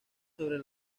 sobre